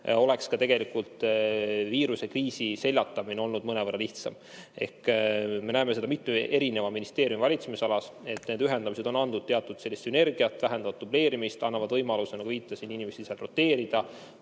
oleks ka tegelikult viirusekriisi seljatamine olnud mõnevõrra lihtsam. Ehk me näeme seda mitme eri ministeeriumi valitsemisalas, et ühendamised on andnud teatud sellist sünergiat, need vähendavad dubleerimist ja annavad võimaluse inimesi seal roteerida,